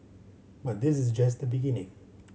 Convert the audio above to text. but this is just the beginning